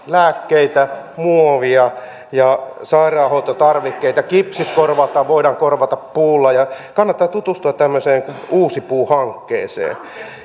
lääkkeitä muovia ja sairaanhoitotarvikkeita kipsi voidaan korvata puulla ja kannattaa tutustua tämmöiseen uusi puu hankkeeseen